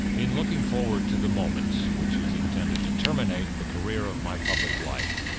in looking forward to the moment which is intended to terminate the career of my public life,